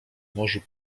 morzu